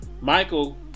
michael